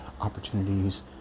opportunities